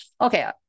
Okay